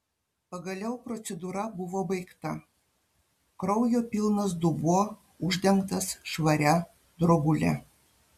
pagaliau procedūra buvo baigta kraujo pilnas dubuo uždengtas švaria drobule